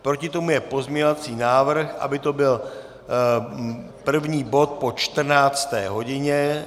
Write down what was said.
Proti tomu je pozměňovací návrh, aby to byl první bod po 14. hodině.